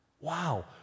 Wow